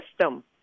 system